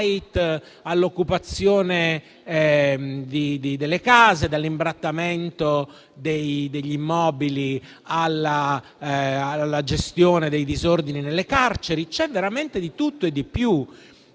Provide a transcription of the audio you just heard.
all'occupazione delle case; dall'imbrattamento degli immobili alla gestione dei disordini nelle carceri: c'è veramente di tutto e di più.